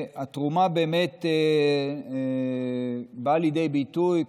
והתרומה באמת באה לידי ביטוי,